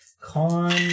Con